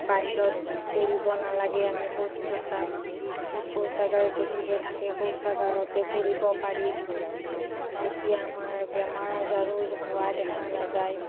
বাহিৰত কৰিব নালাগে আমি শৌচ প্ৰস্ৰাৱ শৌচাগাৰ যদিহে থাকে শৌচাগাৰতে কৰিব পাৰি তেতিয়া আমাৰ বেমাৰ আজাৰো হোৱা দেখা নাযায়